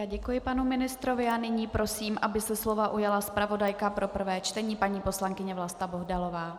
Děkuji panu ministrovi a nyní prosím, aby se slova ujala zpravodajka pro prvé čtení, paní poslankyně Vlasta Bohdalová.